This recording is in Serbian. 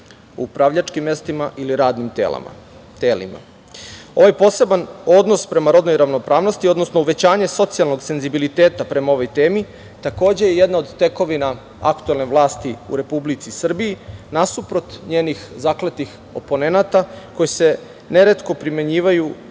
u upravljačkim mestima ili radnim telima. Ovaj poseban odnos prema rodnoj ravnopravnosti, odnosno uvećanje socijalnog senzibiliteta prema ovoj temi takođe je jedna od tekovima aktuelne vlasti u Republici Srbiji nasuprot njenih zakletih oponenata koji su neretko primenjivali